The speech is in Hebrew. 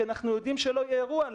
כי אנחנו יודעים שלא יהיה אירוע.